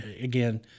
Again